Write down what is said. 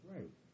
Right